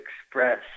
Express